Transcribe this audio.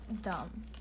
dumb